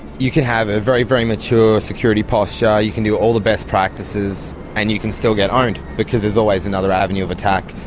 you can have a very, very mature security posture, you can do all the best practices, and you can still get owned because there's always another avenue of attack.